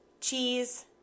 cheese